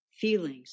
feelings